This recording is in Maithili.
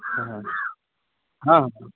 हॅं हॅं हॅं हॅं